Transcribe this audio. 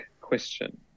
question